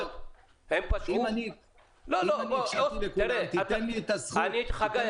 אני הקשבתי לכולם, תן לי את הזכות לדבר.